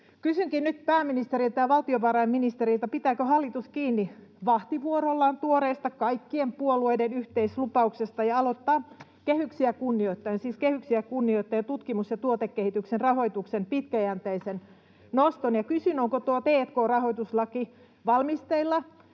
Kysynkin nyt pääministeriltä ja valtiovarainministeriltä: pitääkö hallitus vahtivuorollaan kiinni tuoreesta kaikkien puolueiden yhteislupauksesta ja aloittaa kehyksiä kunnioittaen, siis kehyksiä kunnioittaen, tutkimus- ja tuotekehityksen rahoituksen pitkäjänteisen noston? Ja kysyn: onko tuo t&k-rahoituslaki valmisteilla,